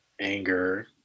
anger